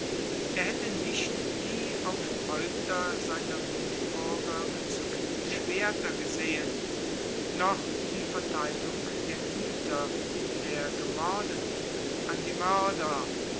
er hätte nicht die auf häupter seiner mitbürger gezückten schwerter gesehen noch die vertheilung der güter der gemordeten an die mörder